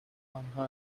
آنها